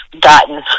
gotten